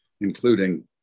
including